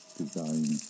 design